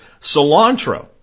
Cilantro